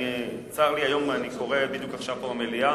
צר לי, אני בדיוק קורא עכשיו במליאה